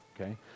Okay